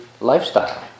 lifestyle